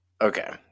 okay